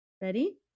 ready